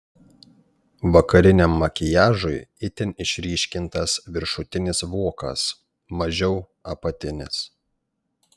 vakariniam makiažui itin išryškintas viršutinis vokas mažiau apatinis